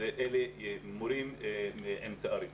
יהיו מורים עם תארים.